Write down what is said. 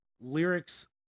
lyrics